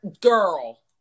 girl